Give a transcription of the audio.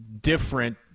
different